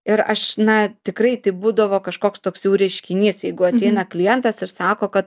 ir aš na tikrai tai būdavo kažkoks toks jau reiškinys jeigu ateina klientas ir sako kad